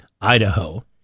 Idaho